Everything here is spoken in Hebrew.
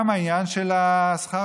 גם העניין של שכר